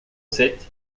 sept